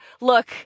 look